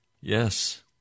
Yes